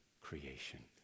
creation